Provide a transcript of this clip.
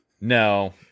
No